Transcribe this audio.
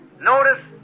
Notice